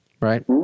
right